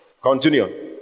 Continue